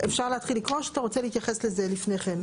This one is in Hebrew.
אפשר להתחיל לקרוא או שאתה רוצה להתייחס לזה לפני כן?